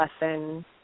lesson